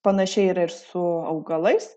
panašiai yra ir su augalais